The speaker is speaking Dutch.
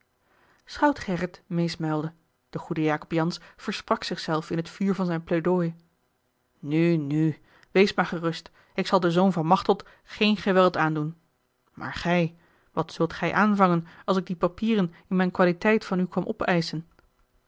schout gerrit meesmuilde de goede jacob jansz versprak zich zelf in het vuur van zijn pleidooi nu nu wees maar gerust ik zal den zoon van machteld geen geweld aandoen maar gij wat zult gij aanvangen als ik die papieren in mijne qualiteit van u kwam opeischen